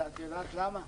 את יודעת למה?